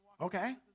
Okay